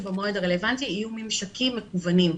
שבמועד הרלוונטי יהיו ממשקים מקוונים.